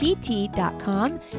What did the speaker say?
tt.com